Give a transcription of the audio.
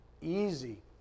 easy